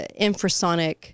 infrasonic